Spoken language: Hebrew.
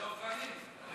הכנסת זוהיר